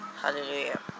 Hallelujah